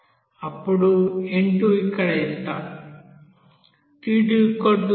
అప్పుడు n2 ఇక్కడ ఎంత